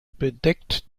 bedeckt